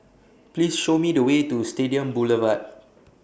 Please Show Me The Way to Stadium Boulevard